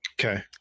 Okay